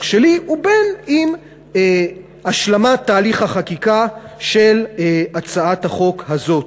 שלי ואם בהשלמת תהליך החקיקה של הצעת החוק הזאת.